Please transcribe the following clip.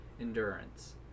endurance